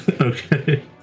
Okay